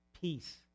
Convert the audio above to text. peace